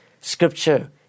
scripture